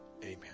amen